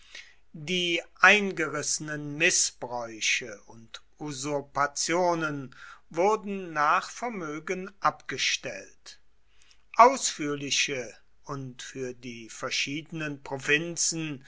die eingerissenen mißbräuche und usurpationen wurden nach vermögen abgestellt ausführliche und für die verschiedenen provinzen